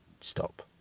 stop